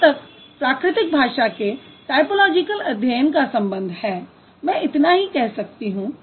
जहां तक प्राकृतिक भाषा के टायपोलॉजिकल अध्ययन का संबंध है मैं इतना ही कह सकती हूँ